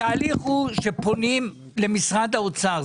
התהליך הוא שפונים למשרד האוצר,